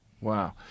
Wow